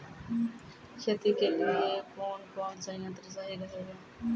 खेती के लिए कौन कौन संयंत्र सही रहेगा?